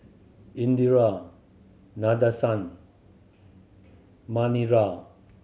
Indira Nadesan Manira